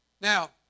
Now